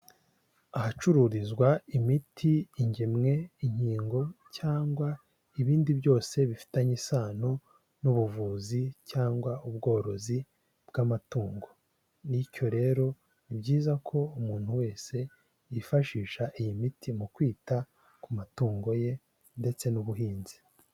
Ahacururizwa imiti, ingemwe inkingo cyangwa ibindi byose bifitanye isano n'ubuvuzi cyangwa ubworozi bw'amatungo bityo rero, ni byiza ko umuntu wese yifashisha iyi miti mu kwita ku matungo ye ndetse n'ubuhinzi.